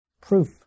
proof